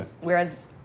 Whereas